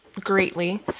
greatly